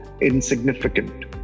insignificant